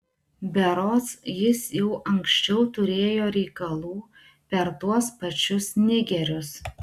berods jis jau anksčiau turėjo reikalų per tuos pačius nigerius